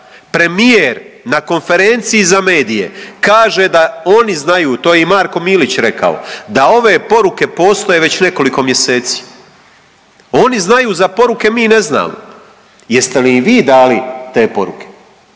Premijer na Konferenciji za medije kaže da oni znaju, to je i Marko Milić rekao, da ove poruke postoje već nekoliko mjeseci. Oni znaju za poruke, mi ne znamo. Jeste li im vi dali te poruke?